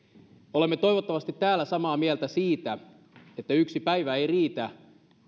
olemme toivottavasti täällä samaa mieltä siitä että yksi päivä ei riitä